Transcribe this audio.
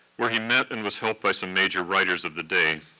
where he met and was helped by some major writers of the day,